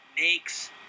makes